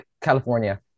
California